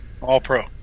all-pro